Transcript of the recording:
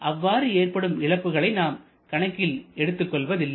அவ்வாறு ஏற்படும் இழப்புகளை நாம் கணக்கில் எடுத்துக் கொள்வதில்லை